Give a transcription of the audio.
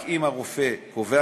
רק אם הרופא קובע,